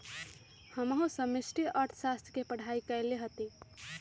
हमहु समष्टि अर्थशास्त्र के पढ़ाई कएले हति